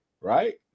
right